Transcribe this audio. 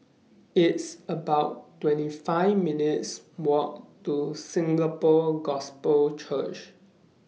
It's about twenty five minutes' Walk to Singapore Gospel Church